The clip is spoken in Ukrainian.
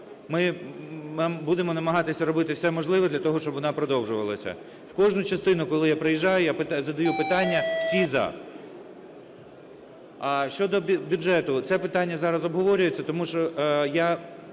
Ми будемо намагатися робити все можливе для того, щоб вона продовжувалася. В кожну частину, коли я приїжджаю, я задаю питання, всі – "за". А щодо бюджету, це питання зараз обговорюється тому що я,